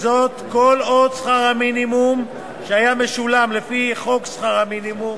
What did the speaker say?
כל עוד שכר המינימום שהיה משולם לפי חוק שכר מינימום,